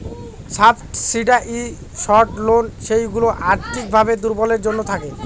subsidised loan যেইগুলা আর্থিক ভাবে দুর্বলদের জন্য থাকে